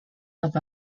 have